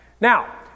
Now